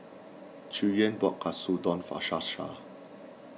Cheyenne bought Katsudon for Shasta